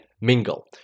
Mingle